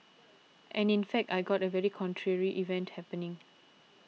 and in fact I got a very contrary event happening